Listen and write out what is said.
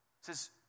says